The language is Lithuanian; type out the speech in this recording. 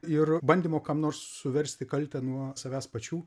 ir bandymo kam nors suversti kaltę nuo savęs pačių